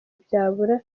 byabura